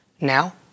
now